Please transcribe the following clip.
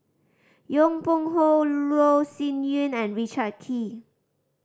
Yong Pung How Loh Sin Yun and Richard Kee